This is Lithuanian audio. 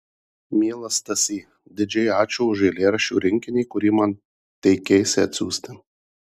mielas stasy didžiai ačiū už eilėraščių rinkinį kurį man teikeisi atsiųsti